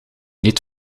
niet